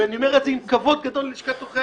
ואני אומר את זה עם כבוד גדול ללשכת עורכי